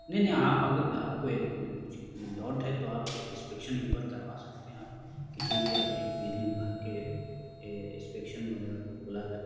نہیں نہیں آپ اگر آپ کو کچھ ڈاوٹ ہے تو آپ اسسپیکشن ایک بار کروا سکتے ہیں آپ کسی بھی اپنے بجلی وبھاگ کے اسپیکشن وغیرہ کو بلا کر